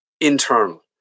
internal